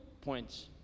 points